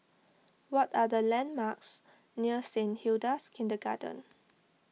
what are the landmarks near Saint Hilda's Kindergarten